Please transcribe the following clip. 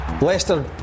Leicester